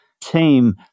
team